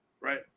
right